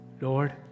Lord